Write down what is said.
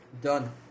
Done